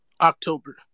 October